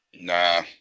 Nah